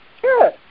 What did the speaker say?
Sure